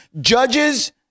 judges